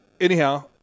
anyhow